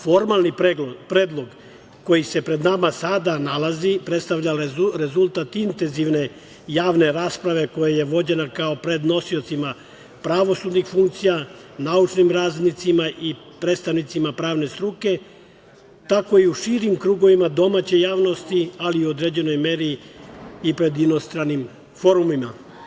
Formalni predlog koji se pred nama sada nalazi predstavlja rezultat intenzivne javne rasprave koja je vođena kako pred nosiocima pravosudnih funkcija, naučnim radnicima i predstavnicima pravne struke, tako i u širim krugovima domaće javnosti, ali u određenoj meri i pred inostranim forumima.